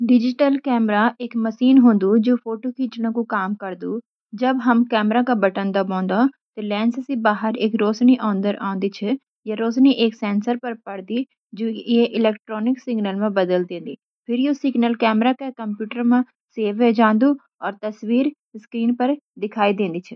Digital camera एक machine होदी, जो फोटो खींचने का काम करदी । जब आप कैमरा का बटन दबोदे छ, त लेंस से बाहर की रोशनी भीतर आऊं दी । य रोशनी एक सेंसर पर पड़ती छ, जु ये इलेक्ट्रॉनिक सिग्नल में बदलदु । फिर ये सिग्नल कैमरा के कंप्यूटर में सेवव्हाई जांदान, और तस्वीर स्क्रीन पर दिखाई देनंदी ।